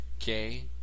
Okay